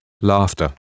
laughter